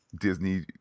Disney